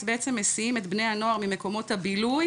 בעצם מסיעים את בני הנוער ממקומות הבילוי